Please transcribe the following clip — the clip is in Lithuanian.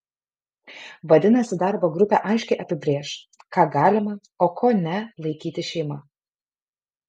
vadinasi darbo grupė aiškiai apibrėš ką galima o ko ne laikyti šeima